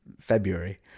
February